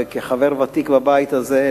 כחבר ותיק בבית הזה,